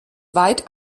weit